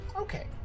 Okay